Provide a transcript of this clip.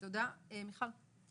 מיכל.